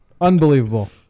Unbelievable